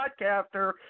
podcaster